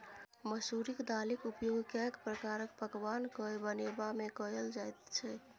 मसुरिक दालिक उपयोग कैक प्रकारक पकवान कए बनेबामे कएल जाइत छै